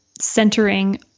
centering